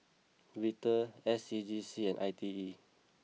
Vital S C G C and I T E